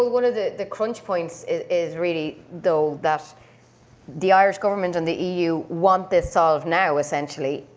one of the the crunch points is really, though, that the irish government and the eu want this solved now, essentially,